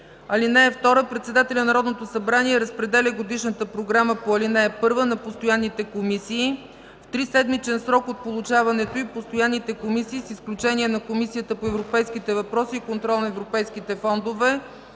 й. (2) Председателят на Народното събрание разпределя Годишната програма по ал. 1 на постоянните комисии. В 3-седмичен срок от получаването й постоянните комисии, с изключение на Комисията по европейските въпроси и контрол на европейските фондове